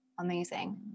amazing